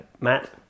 Matt